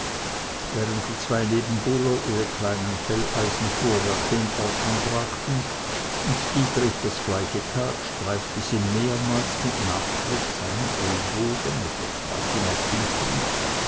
während die zwei nebenbuhler ihre kleinen felleisenfuhrwerke in ordnung brachten und dietrich das gleiche tat streifte sie mehrmals mit nachdruck seinen ellbogen oder trat ihm auf den fuß